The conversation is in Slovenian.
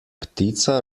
ptica